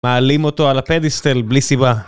מעלים אותו על הפדיסטל בלי סיבה